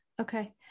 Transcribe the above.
Okay